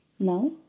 Now